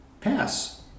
pass